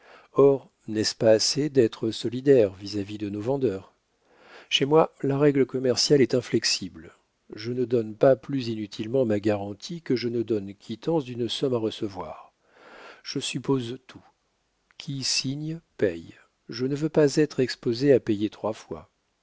or n'est-ce pas assez d'être solidaire vis-à-vis de nos vendeurs chez moi la règle commerciale est inflexible je ne donne pas plus inutilement ma garantie que je ne donne quittance d'une somme à recevoir je suppose tout qui signe paie je ne veux pas être exposé à payer trois fois